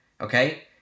okay